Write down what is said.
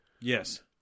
yes